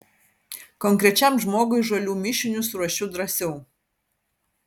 konkrečiam žmogui žolių mišinius ruošiu drąsiau